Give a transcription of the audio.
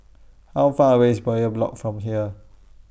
How Far away IS Bowyer Block from here